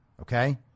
Okay